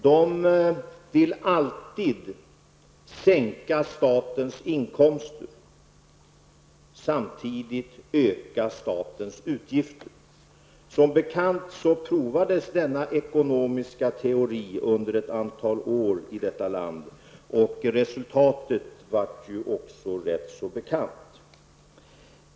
De vill alltid sänka statens inkomster och samtidigt öka statens utgifter. Som bekant provades denna ekonomiska teori under ett antal år i detta land. Resultatet blev också ganska bekant.